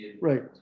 right